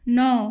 नौ